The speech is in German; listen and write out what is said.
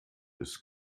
ist